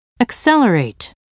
accelerate